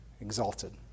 exalted